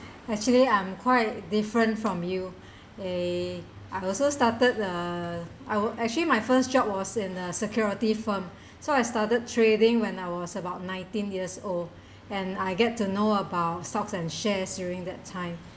actually I'm quite different from you eh I also started uh I would actually my first job was in a security firm so I started trading when I was about nineteen years old and I get to know about stocks and shares during that time